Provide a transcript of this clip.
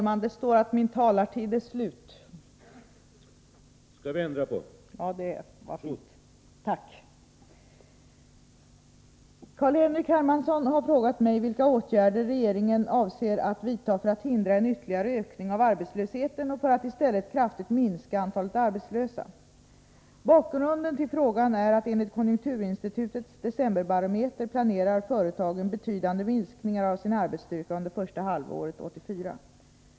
Herr talman! Carl-Henrik Hermansson har frågat mig vilka åtgärder regeringen avser att vidta för att hindra en ytterligare ökning av arbetslösheten och för att i stället kraftigt minska antalet arbetslösa. Bakgrunden till frågan är att enligt konjunkturinstitutets decemberbarometer planerar företagen betydande minskningar av sin arbetsstyrka under första halvåret 1984.